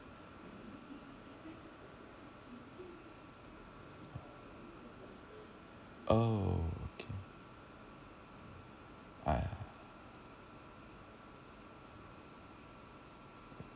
oh okay I